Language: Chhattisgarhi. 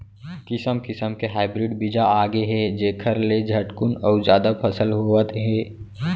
किसम किसम के हाइब्रिड बीजा आगे हे जेखर ले झटकुन अउ जादा फसल होवत हे